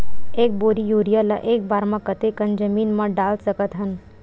एक बोरी यूरिया ल एक बार म कते कन जमीन म डाल सकत हन?